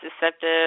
deceptive